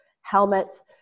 helmets